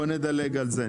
בוא נדלג על זה.